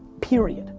period,